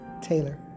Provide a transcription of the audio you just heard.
Taylor